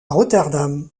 rotterdam